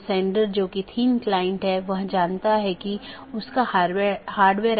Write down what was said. एक चीज जो हमने देखी है वह है BGP स्पीकर